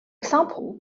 example